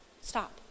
Stop